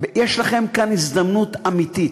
יש לכם כאן הזדמנות אמיתית,